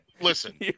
Listen